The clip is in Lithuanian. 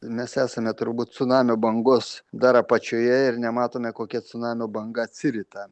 mes esame turbūt cunamio bangos dar apačioje ir nematome kokia cunamio banga atsirita